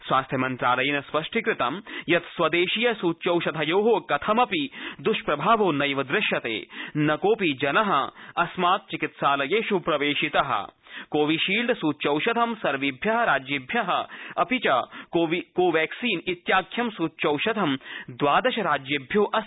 स्वास्थ्यमन्त्रालयेन स्पष्टीकृत यत् स्वदेशीय सूच्यषधयो कथमपि दृष्प्रभावो नैव दृश्यते न कोऽपिजन अस्मात् चिकित्सालयेष् प्रवेशित कोविशील्ड सूच्यौषधं सवेभ्य राजेभ्य अपि च कोवैक्सीन इत्याख्यं सूच्यौषधं द्वादश राज्येभ्योऽस्ति सम्प्रेषितम्